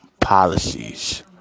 policies